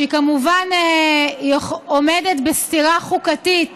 שהיא כמובן עומדת בסתירה חוקתית